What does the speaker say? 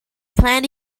plant